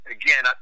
again